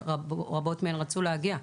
רצו להגיע,